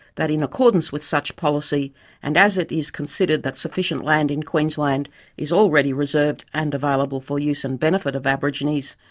that in accordance with such policy and as it is considered that sufficient land in queensland is already reserved and available for use and benefit of aborigines,